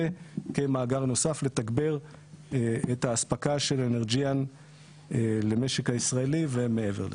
כמאגר נוסף לתגבר את האספקה של אנרג'יאן למשק הישראלי ומעבר לזה.